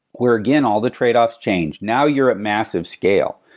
where again, all the tradeoffs change. now you're at massive scale.